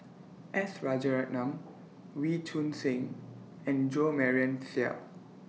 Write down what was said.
S Rajaratnam Wee Choon Seng and Jo Marion Seow